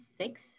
six